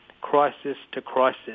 crisis-to-crisis